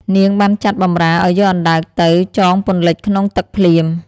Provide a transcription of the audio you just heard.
នាង បានចាត់បម្រើឲ្យយកអណ្ដើកទៅ ចងពន្លិចក្នុងទឹកភ្លាម ។